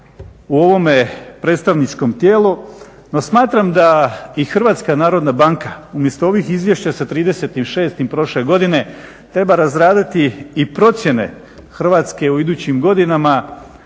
u ovome predstavničkom tijelu. No, smatram da i HNB umjesto ovih izvješća sa 30.06. prošle godine treba razraditi i procjene Hrvatske u idućim godinama